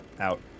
out